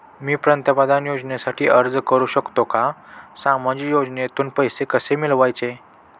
मी पंतप्रधान योजनेसाठी अर्ज करु शकतो का? सामाजिक योजनेतून पैसे कसे मिळवायचे